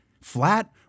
flat